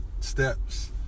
steps